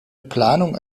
planung